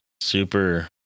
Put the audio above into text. super